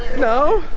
no